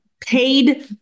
paid